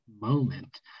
moment